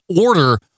order